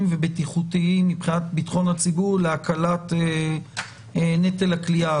ובטיחותיים מבחינת ביטחון הציבור להקלת נטל הכליאה.